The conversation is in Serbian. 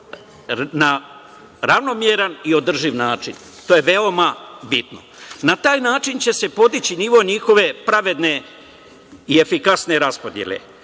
na ravnomeran i održiv način. To je veoma bitno. Na taj način će se podići nivo njihove pravedne i efikasne raspodele. Kako